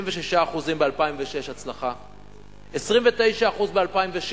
36% הצלחה ב-2006,